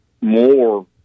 more